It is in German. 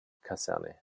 kaserne